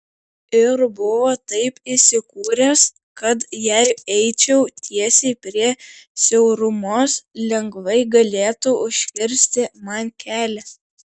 ir buvo taip įsikūręs kad jei eičiau tiesiai prie siaurumos lengvai galėtų užkirsti man kelią